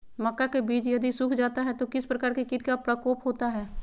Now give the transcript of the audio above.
मक्का के बिज यदि सुख जाता है तो किस प्रकार के कीट का प्रकोप होता है?